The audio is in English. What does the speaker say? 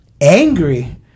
angry